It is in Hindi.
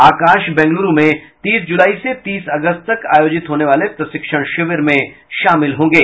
आकाश बेंगलुरू में तीस जुलाई से तीस अगस्त तक आयोजित होने वाले प्रशिक्षण शिविर में शामिल होंगे